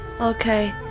Okay